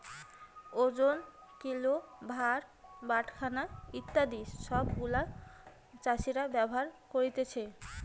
ওজন, কিলো, ভার, বাটখারা ইত্যাদি শব্দ গুলা চাষীরা ব্যবহার করতিছে